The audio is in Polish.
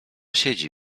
siedzi